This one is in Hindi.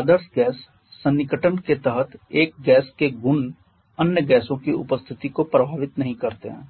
आदर्श गैस सन्निकटन के तहत एक गैस के गुण अन्य गैसों की उपस्थिति को प्रभावित नहीं करते हैं